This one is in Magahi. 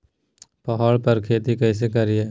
पहाड़ पर खेती कैसे करीये?